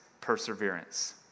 perseverance